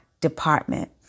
department